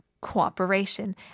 cooperation